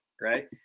right